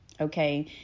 okay